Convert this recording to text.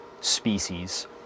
species